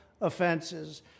offenses